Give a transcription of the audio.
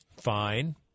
Fine